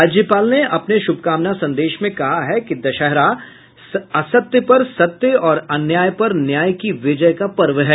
राज्यपाल ने अपने शुभकामना संदेश में कहा है कि दशहरा असत्य पर सत्य और अन्याय पर न्याय की विजय का पर्व है